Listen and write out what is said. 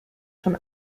schon